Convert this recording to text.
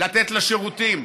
לתת לה שירותים,